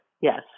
yes